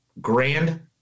Grand